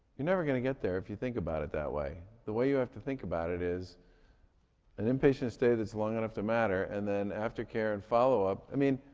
you're never going to get there if you think about it that way. the way you have to think about it is an inpatient stay that's long enough to matter, and then aftercare and follow-up. i mean,